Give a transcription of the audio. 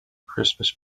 christmas